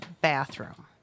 bathroom